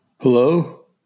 Hello